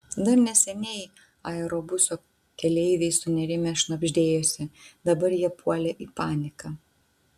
dar neseniai aerobuso keleiviai sunerimę šnabždėjosi dabar jie puolė į paniką